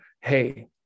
Hey